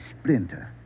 splinter